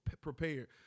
prepared